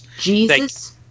jesus